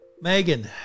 Megan